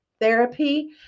therapy